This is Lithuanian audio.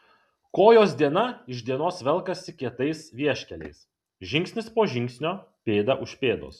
kojos diena iš dienos velkasi kietais vieškeliais žingsnis po žingsnio pėda už pėdos